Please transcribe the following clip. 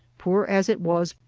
poor as it was,